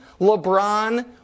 LeBron